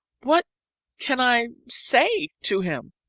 what can i say to him?